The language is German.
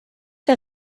der